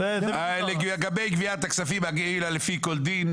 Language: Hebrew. לגבי גביית הכספים, לפי כל דין.